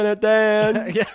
Dan